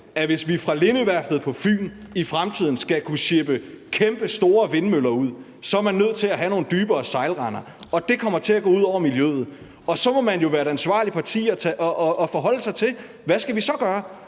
at hvis vi fra Lindøværftet på Fyn i fremtiden skal kunne skibe kæmpestore vindmøller ud, er vi nødt til at have nogle dybere sejlrender, og det kommer til at gå ud over miljøet. Og så må man jo være et ansvarligt parti og forholde sig til, hvad vi så skal